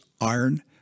Iron